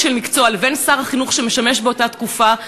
של מקצוע לבין שר החינוך שמשמש באותה תקופה,